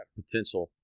potential